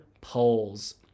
polls